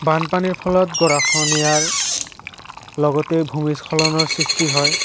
বানপানীৰ ফলত গৰাখহনীয়াৰ লগতে ভূমিস্খলনৰ সৃষ্টি হয়